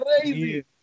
crazy